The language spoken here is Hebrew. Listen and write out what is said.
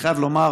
אני חייב לומר